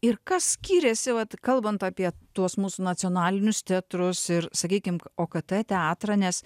ir kas skiriasi vat kalbant apie tuos mūsų nacionalinius teatrus ir sakykim okt teatrą nes